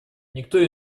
никто